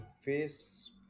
face